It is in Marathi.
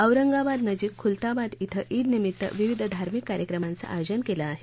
औरंगाबाद नजिक खूलताबाद धिं ईदनिमित्त विविध धार्मिक कार्यक्रमांचं आयोजन केलं आहे